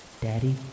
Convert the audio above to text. Daddy